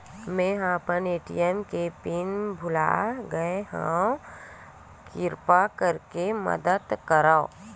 मेंहा अपन ए.टी.एम के पिन भुला गए हव, किरपा करके मदद करव